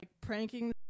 pranking